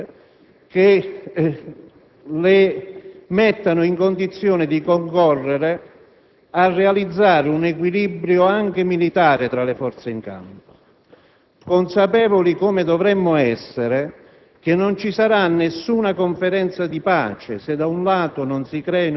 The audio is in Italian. Questo mi pare il senso dell'affermazione del segretario dei DS sulla possibilità di aprire anche ai talebani il tavolo di un eventuale negoziato di pace. Certo, per arrivare ad un tale risultato è necessaria una tregua